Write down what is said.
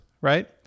right